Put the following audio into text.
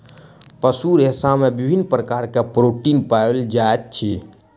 पशु रेशा में विभिन्न प्रकार के प्रोटीन पाओल जाइत अछि